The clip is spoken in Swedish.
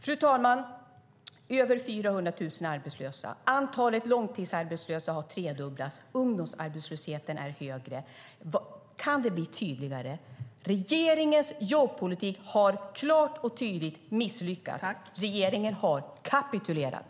Fru talman! Över 400 000 är arbetslösa, antalet långtidsarbetslösa har tredubblats, ungdomsarbetslösheten är högre. Kan det bli tydligare? Regeringens jobbpolitik har klart och tydligt misslyckats. Regeringen har kapitulerat.